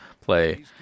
play